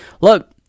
look